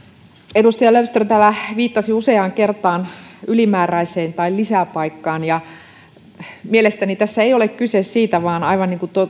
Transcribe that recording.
edustaja löfström täällä viittasi useaan kertaa ylimääräiseen tai lisäpaikkaan mielestäni tässä ei ole kyse siitä vaan aivan niin kuin